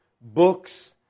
books